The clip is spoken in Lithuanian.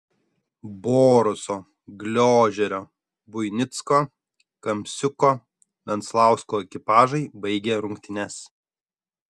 boruso gliožerio buinicko kamsiuko venslausko ekipažai baigė rungtynes